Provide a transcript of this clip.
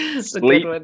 Sleep